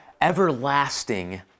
everlasting